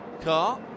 car